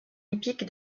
hippique